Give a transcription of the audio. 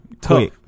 Tough